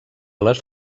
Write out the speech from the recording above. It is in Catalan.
les